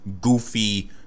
goofy